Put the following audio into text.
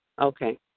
Okay